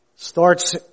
Starts